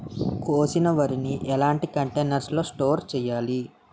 కోసిన వరిని ఎలాంటి కంటైనర్ లో స్టోర్ చెయ్యాలి?